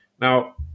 Now